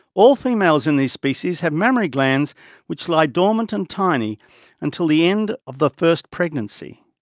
all females in these species have mammary glands which lie dormant and tiny until the end of the first pregnancy.